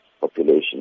population